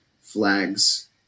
flags